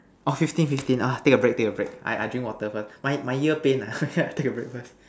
orh fifteen fifteen ah take a break take a break I I drink water first my my ear pain ah ya I take a break first